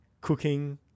cooking